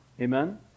Amen